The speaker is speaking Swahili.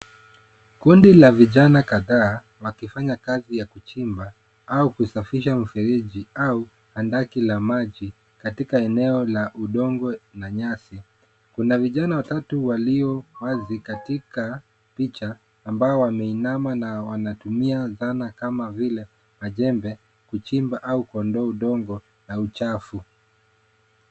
Kundi ka vijana kadhaa wakifanya kazi ya kuchimba au kusafisha mifereji au andaki la maji katika eneo la udongo na nyasi. Kuna vijana watatu walio wazi katika picha ambao wameinama na wanatumia zana kama vile majembe kuchimba au kuondoa udongo la uchafu.